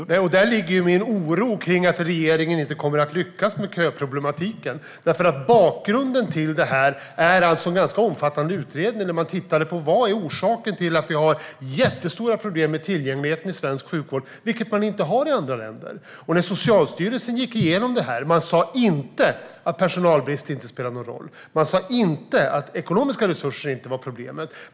Herr talman! Däri ligger min oro för att regeringen inte kommer att lyckas med köproblematiken. Det finns ju en ganska omfattande utredning där man har tittat på vad som är orsaken till att vi har stora problem med tillgängligheten i svensk sjukvård, till skillnad från andra länder. När Socialstyrelsen gick igenom detta sa man inte att personalbrist inte spelar någon roll. Man sa inte att ekonomiska resurser inte var problemet.